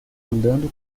andando